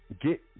get